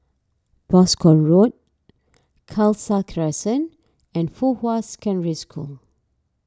Boscombe Road Khalsa Crescent and Fuhua Secondary School